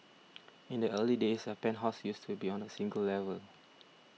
in the early days a penthouse used to be on a single level